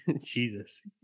Jesus